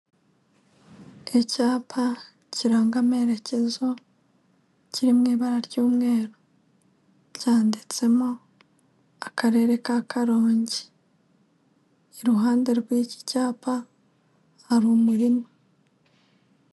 Icyapa kiranga amerekezo kiri mu ibara ry'umweru, cyanditsemo akarere ka Karongi, iruhande rw'iki cyapa hari umurima.